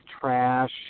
trash